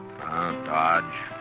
Dodge